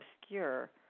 obscure